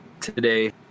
today